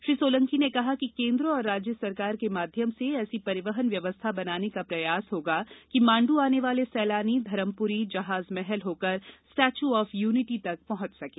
श्री सोलंकी ने कहा कि केन्द्र और राज्य सरकार के माध्यम से ऐसी परिवहन व्यवस्था बनाने का प्रयास होगा कि माण्डू आने वाले सैलानी धरमपुरी जहाज महल होकर स्टेच्यु ऑफ यूनिटी तक पहुँचें